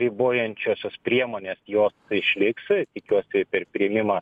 ribojančiosios priemonės jos išliks ir tikiuosi per priėmimą